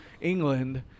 England